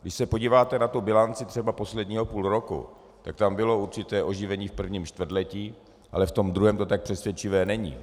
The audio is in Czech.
Když se podíváte na bilanci třeba posledního půl roku, tak tam bylo určité oživení v prvním čtvrtletí, ale v tom druhém to tak přesvědčivé není.